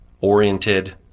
oriented